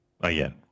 again